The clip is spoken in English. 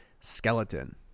skeleton